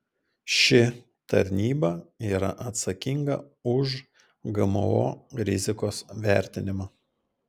ši tarnyba yra atsakinga už gmo rizikos vertinimą